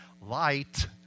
light